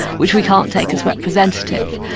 which we can't take as representative.